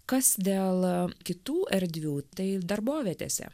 kas dėl kitų erdvių tai darbovietėse